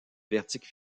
verdict